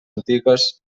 antigues